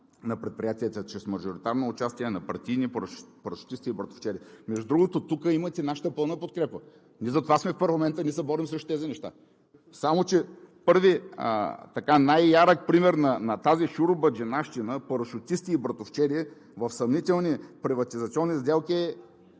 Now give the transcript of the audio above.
на предприятията чрез мажоритарно участие на партийни парашутисти и братовчеди. Между другото, тук имате нашата пълна подкрепа, ние затова сме в парламента, ние се борим срещу тези неща. Само че първи, най-ярък пример на тази шуробаджанащина, на парашутисти и братовчеди в съмнителни приватизационни сделки,